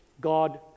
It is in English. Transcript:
God